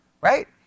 Right